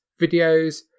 videos